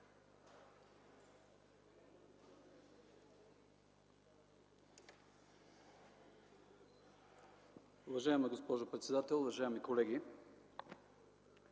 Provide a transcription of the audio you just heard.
Уважаема госпожо председател, уважаеми колеги!